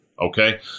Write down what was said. Okay